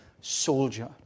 soldier